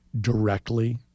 directly